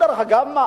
דרך אגב,